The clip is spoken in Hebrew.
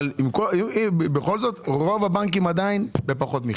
אבל בכל זאת, רוב הבנקים עדיין בפחות מחצי.